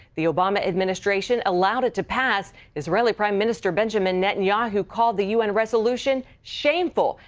the obama administration allowed it to pass. israeli prime minister benjamin netanyahu called the u n. resolution shameful.